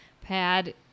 pad